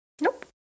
Nope